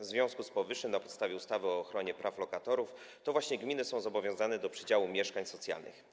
W związku z powyższym na podstawie ustawy o ochronie praw lokatorów to gminy są zobowiązane do przydziału mieszkań socjalnych.